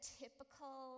typical